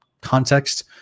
context